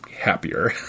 happier